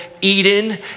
Eden